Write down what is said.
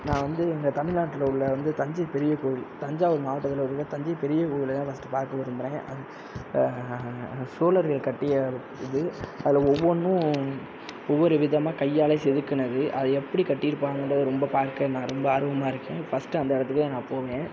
நான் வந்து எங்கள் தமிழ் நாட்டில் உள்ள வந்து தஞ்சை பெரிய கோயில் தஞ்சாவூர் மாவட்டத்தில் இருக்க தஞ்சை பெரிய கோயிலைதான் ஃபர்ஸ்ட்டு பார்க்க விரும்புறேன் சோழர்கள் கட்டிய இது அதில் ஒவ்வொன்றும் ஒவ்வொரு விதமாக கையால செதுக்குனது அது எப்படி கட்டிருப்பாங்கன்றது ரொம்ப பார்க்க நான் ரொம்ப ஆர்வமாக இருக்கேன் ஃபர்ஸ்ட்டு அந்த இடத்துக்கு தான் நான் போவேன்